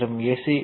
மற்றும் AC A